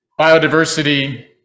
biodiversity